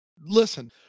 listen